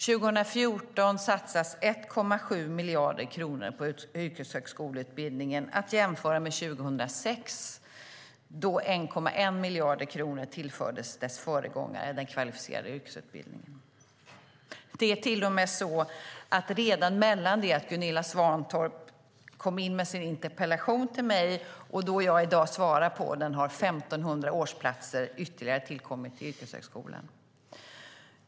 År 2014 satsas 1,7 miljarder kronor på yrkeshögskoleutbildningen, att jämföra med 2006 då 1,1 miljarder kronor tillfördes dess föregångare, den kvalificerade yrkesutbildningen. Det är till och med så att redan mellan det att Gunilla Svantorp kom in med sin interpellation och i dag då jag svarar på den har ytterligare 1 500 årsplatser kommit till på yrkeshögskolan.